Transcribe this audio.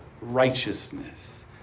Righteousness